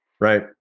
Right